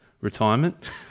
retirement